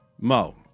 Mo